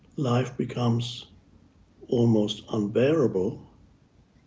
life becomes almost unbearable